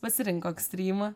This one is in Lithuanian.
pasirinko ekstrymą